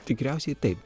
tikriausiai taip